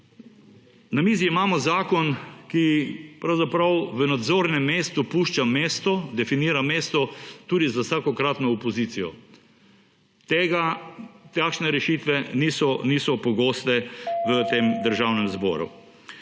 Na mizi imamo zakon, ki pravzaprav v nadzornem mestu pušča mesto, definira mesto tudi z vsakokratno opozicijo. Takšne rešitve niso pogoste v tem Državnem zboru.